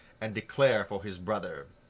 and declare for his brother.